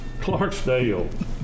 Clarksdale